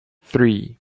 three